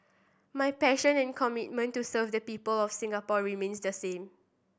my passion and commitment to serve the people of Singapore remains the same